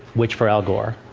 which for al gore?